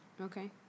Okay